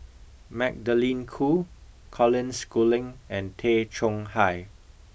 Magdalene Khoo Colin Schooling and Tay Chong Hai